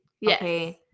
Yes